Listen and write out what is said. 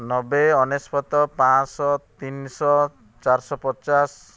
ନବେ ଅନେଶତ ପାଞ୍ଚ ଶହ ତିନିଶହ ଚାରିଶହ ପଚାଶ